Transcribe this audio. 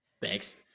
Thanks